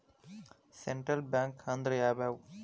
Central bank ಅಂದ್ರ ಯಾವ್ಯಾವು?